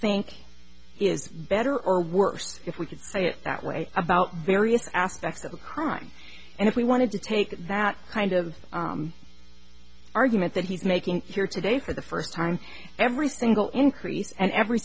think is better or worse if we could say it that way about various aspects of the crime and if we wanted to take that kind of argument that he's making here today for the first time every single increase and every